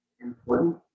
important